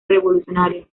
revolucionario